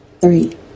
three